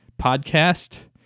podcast